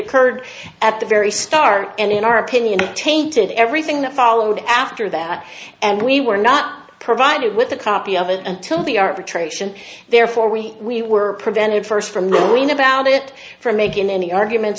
occurred at the very start and in our opinion tainted everything that followed after that and we were not provided with a copy of it until the arbitration therefore we were prevented first from knowing about it from making any arguments